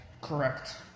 Correct